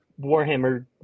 Warhammer